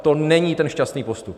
To není šťastný postup.